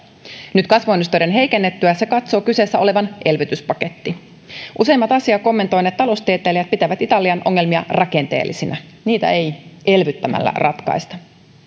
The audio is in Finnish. nyt kasvuennusteiden heikennyttyä se katsoo kyseessä olevan elvytyspaketti useimmat asiaa kommentoineet taloustieteilijät pitävät italian ongelmia rakenteellisina niitä ei elvyttämällä ratkaista